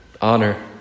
honor